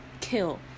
kill